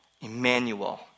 Emmanuel